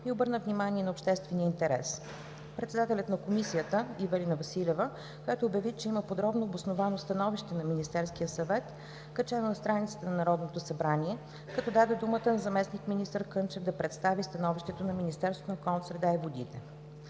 и обърна внимание на обществения интерес; председателят на Комисията Ивелина Василева, която обяви, че има подробно обосновано становище на Министерския съвет, качено на страницата на Народното събрание, като даде думата на заместник-министър Кънчев да представи становището на Министерството на околната среда и водите;